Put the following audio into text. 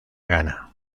gana